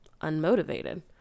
unmotivated